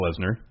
Lesnar